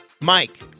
Mike